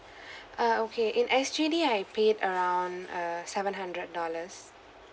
uh okay in S_G_D I paid around err seven hundred dollars